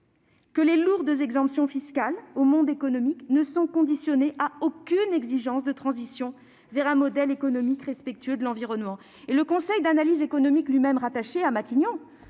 que les lourdes exemptions fiscales accordées au monde économique ne sont conditionnées à aucune exigence de transition vers un modèle économique respectueux de l'environnement. Le Conseil d'analyse économique, rattaché à Matignon,